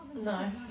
No